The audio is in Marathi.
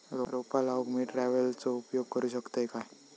रोपा लाऊक मी ट्रावेलचो उपयोग करू शकतय काय?